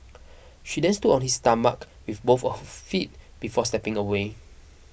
she then stood on his stomach with both of her feet before stepping away